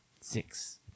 six